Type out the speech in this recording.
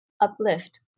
uplift